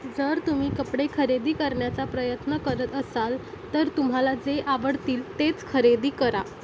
जर तुम्ही कपडे खरेदी करण्याचा प्रयत्न करत असाल तर तुम्हाला जे आवडतील तेच खरेदी करा